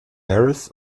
harris